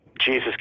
Jesus